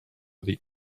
dir